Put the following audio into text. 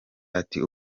ati